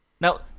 now